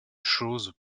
chose